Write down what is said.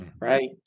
right